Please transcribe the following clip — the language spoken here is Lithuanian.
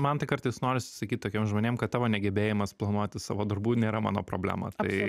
man tai kartais norisi sakyt tokiem žmonėms kad tavo negebėjimas planuoti savo darbų nėra mano problema tai